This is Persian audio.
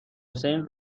حسین